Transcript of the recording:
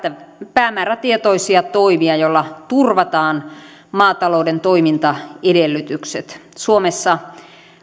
päämäärätietoisia toimia joilla turvataan maatalouden toimintaedellytykset suomessa